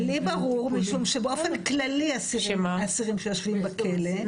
לי ברור, משום שבאופן כללי, אסירים שיושבים בכלא.